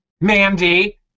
Mandy